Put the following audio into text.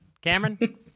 Cameron